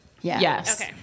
Yes